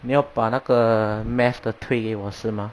你要把那个 math 的推给我是吗